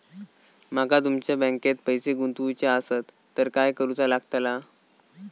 माका तुमच्या बँकेत पैसे गुंतवूचे आसत तर काय कारुचा लगतला?